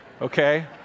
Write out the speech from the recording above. okay